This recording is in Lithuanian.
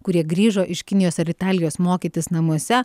kurie grįžo iš kinijos ar italijos mokytis namuose